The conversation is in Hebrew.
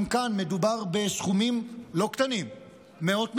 גם כאן מדובר בסכומים לא קטנים, מאות מיליונים.